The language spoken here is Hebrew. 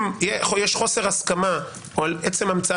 אם יש חוסר הסכמה או על עצם המצאת